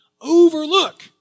overlook